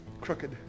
crooked